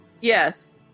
Yes